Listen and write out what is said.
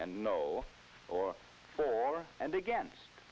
and no or for and against